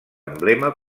emblema